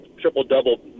triple-double